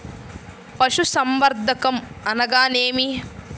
పశుసంవర్ధకం అనగానేమి?